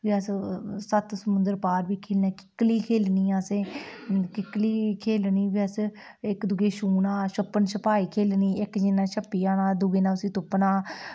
फ्ही अस सत्त समुन्दर पार बी खेढना किकली खेढनी असें किकली खेढनी फ्ही अस इक दूए छूना छप्पन छपाई खेढनी इक जनें छपी जाना दूए नै उसी तुप्पना